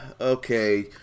okay